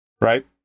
Right